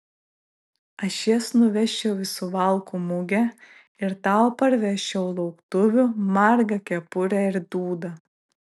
aš jas nuvežčiau į suvalkų mugę ir tau parvežčiau lauktuvių margą kepurę ir dūdą